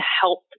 help